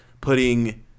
putting